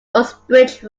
uxbridge